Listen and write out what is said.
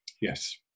Yes